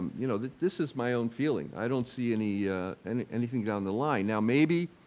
you know, that this is my own feeling. i don't see any and anything down the line. now maybe